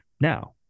Now